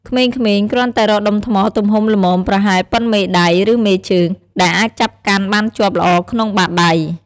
ក្មេងៗគ្រាន់តែរកដុំថ្មទំហំល្មមប្រហែលប៉ុនមេដៃ ឬមេជើង ដែលអាចចាប់កាន់បានជាប់ល្អក្នុងបាតដៃ។